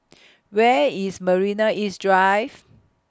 Where IS Marina East Drive